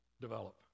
develop